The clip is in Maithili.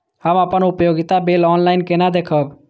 हम अपन उपयोगिता बिल ऑनलाइन केना देखब?